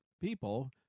people